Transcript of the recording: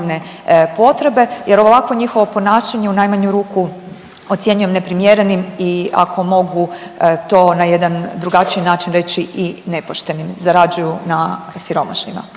Jer ovakvo njihovo ponašanje u najmanju ruku ocjenjujem neprimjerenim i ako mogu to na jedan drugačiji način reći i nepošten. Zarađuju na siromašnima.